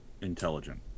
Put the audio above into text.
intelligent